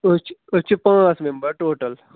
أسۍ چھِ أسۍ چھِ پانٛژھ مٮ۪مبر ٹوٹل